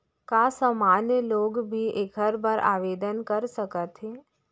का सामान्य लोग भी एखर बर आवदेन कर सकत हे?